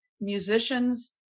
musicians